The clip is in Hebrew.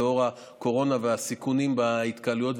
לנוכח הקורונה והסיכונים בהתקהלויות,